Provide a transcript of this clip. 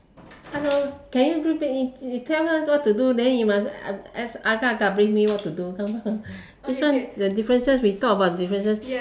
hello can you read back you you tell her what to do then you must uh agak agak brief me what to do this one the differences we talk about the differences